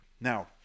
Now